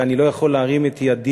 ואני לא יכול להרים את ידי